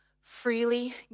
freely